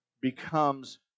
becomes